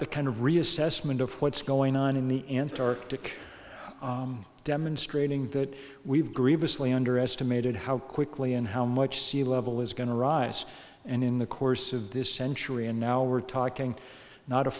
the kind of reassessment of what's going on in the antarctic demonstrating that we've grievously underestimated how quickly and how much sea level is going to rise and in the course of this century and now we're talking not a